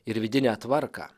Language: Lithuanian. ir vidinę tvarką